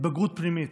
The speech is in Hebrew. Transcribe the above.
התבגרות פנימית.